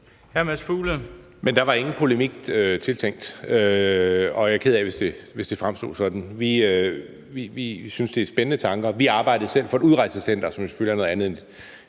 Men der var ingen polemik tiltænkt, og jeg er ked af, hvis det fremstod sådan. Vi synes, det er spændende tanker. Vi arbejdede selv for et udrejsecenter, hvilket selvfølgelig er noget andet end